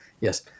Yes